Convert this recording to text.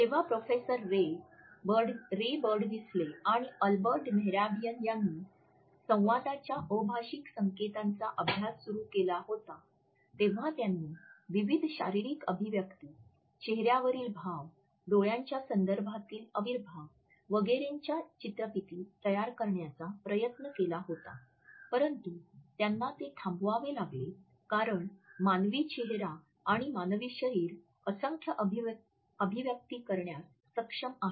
जेव्हा professor Ray Birdwhistell आणि Albert Mehrabian यांनी संवादाच्या अभाषिक संकेतांचा अभ्यास सुरू केला होता तेव्हा त्यांनी विविध शारीरिक अभिव्यक्ती चेहऱ्यावरील भाव डोळ्यांच्या संदर्भातील अविर्भाव वगैरेच्या चित्रफिती तयार करण्याचा प्रयत्न केला होता परंतु त्यांना ते थांबवावे लागले कारण मानवी चेहरा आणि मानवी शरीर असंख्य अभिव्यक्तीं करण्यास सक्षम आहे